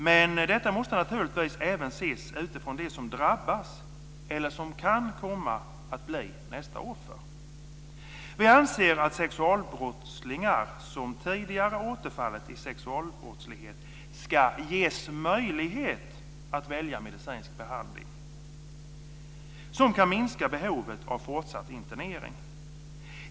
Men detta måste naturligtvis även ses utifrån de som drabbats eller som kan komma att bli nästa offer. Vi anser att sexualbrottslingar som tidigare återfallit i sexualbrottslighet ska ges möjlighet att välja medicinsk behandling som kan minska behovet av fortsatt internering.